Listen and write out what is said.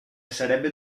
sarebbe